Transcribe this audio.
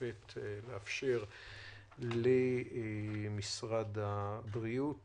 לאפשר למשרד הבריאות